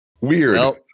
Weird